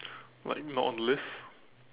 like not on the lift